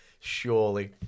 surely